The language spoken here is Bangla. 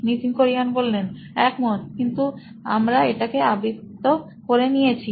Nitin Kurian C O O নোইন ইলেক্ট্রনিক্স একমত কিন্তু আমরা এটাকে আবৃত করে নিয়েছি